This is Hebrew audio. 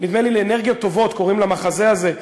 נדמה לי ל"אנרגיות טובות", קוראים למחזה הזה,